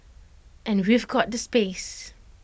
and we've got the space